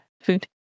food